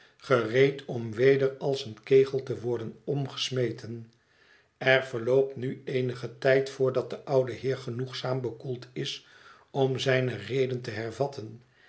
gereed om weder als een kegel te worden omgesmeten er verloopt nu eenige tijd voordat de oude heer genoegzaam bekoeld is om zijne reden te hervatten